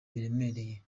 biremereye